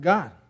God